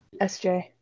SJ